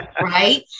right